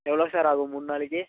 எவ்வளோ சார் ஆகும் மூணு நாளைக்கு